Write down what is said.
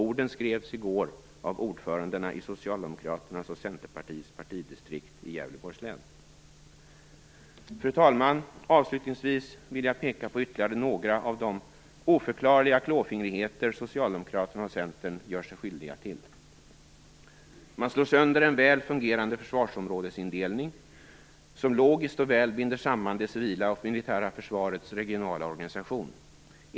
Orden skrevs i går av ordförandena i Fru talman! Avslutningsvis vill jag peka på ytterligare några av de oförklarliga klåfingrigheter som Socialdemokraterna och Centern gör sig skyldiga till. Man slår sönder en väl fungerande försvarsområdesindelning, som logiskt och väl binder samman det civila och militära försvarets regionala organisation.